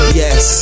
yes